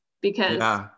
because-